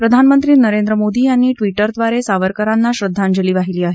प्रधानमंत्री नरेंद्र मोदी यांनी ट्विटरद्वारे सावरकरांना श्रद्धांजली वाहिली आहे